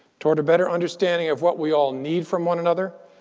toward a better understanding of what we all need from one another,